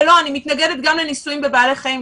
אני מתנגדת גם לניסויים בבעלי-חיים,